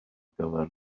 gyfer